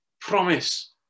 promise